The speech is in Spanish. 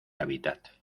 hábitats